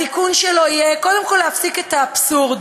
התיקון שלו יהיה קודם כול להפסיק את האבסורד,